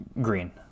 Green